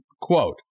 Quote